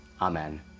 Amen